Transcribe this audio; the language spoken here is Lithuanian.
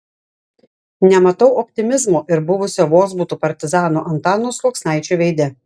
nematau optimizmo ir buvusio vozbutų partizano antano sluoksnaičio veide